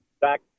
back